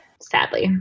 Sadly